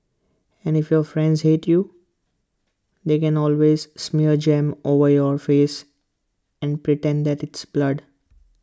and if your friends hate you they can always smear jam over your face and pretend that it's blood